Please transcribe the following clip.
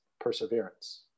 perseverance